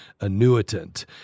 annuitant